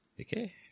okay